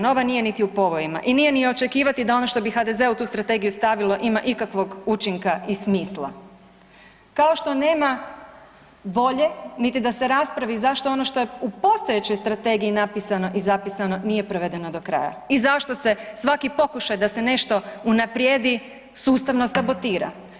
Nova nije niti u povojima i nije niti očekivati da ono što bi HDZ-e u tu strategiju stavilo ima ikakvog učinka i smisla, kao što nema volje niti da se raspravi zašto ono što je u postojećoj strategiji napisano i zapisano nije provedeno do kraja i zašto se svaki pokušaj da se nešto unaprijedi sustavno sabotira.